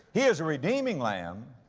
he is a redeeming lamb.